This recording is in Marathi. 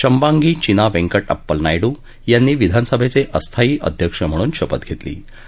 शम्बांगी चीना वेंकट अप्पल नायडू यांनी विधानसभद्वाअस्थायी अध्यक्ष म्हणून शपथ घरत्त्जी